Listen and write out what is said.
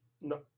No